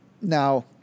Now